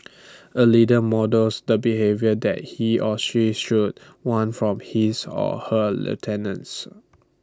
A leader models the behaviour that he or she should want from his or her lieutenants